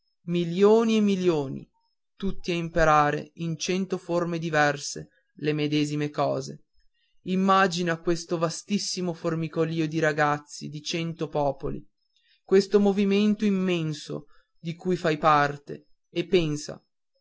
milioni e milioni tutti a imparare in cento forme diverse le medesime cose immagina questo vastissimo formicolìo di ragazzi di cento popoli questo movimento immenso di cui fai parte e pensa